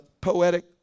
poetic